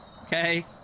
Okay